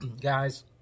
Guys